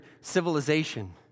civilization